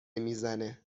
میزنه